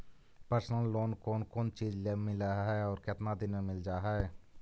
Personal loan कोन कोन चिज ल मिल है और केतना दिन में मिल जा है?